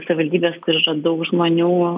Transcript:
savivaldybės kur yra daug žmonių